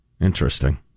Interesting